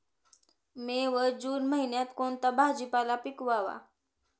मे व जून महिन्यात कोणता भाजीपाला पिकवावा?